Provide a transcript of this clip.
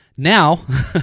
Now